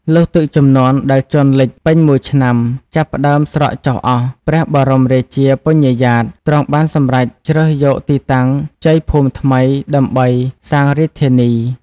លុះទឹកជំនន់ដែលជន់លេចពេញមួយឆ្នាំ ចាប់ផ្ដើមស្រកចុះអស់ ព្រះបរមរាជា ពញ្ញាយ៉ាត ទ្រង់បានសម្រេចជ្រើសយក ទីតាំងជ័យភូមិថ្មីដើម្បីសាងរាជធានី។